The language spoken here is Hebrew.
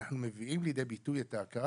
אנחנו מביאים לידי ביטוי את ההכרה